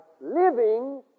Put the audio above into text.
living